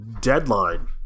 Deadline